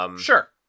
Sure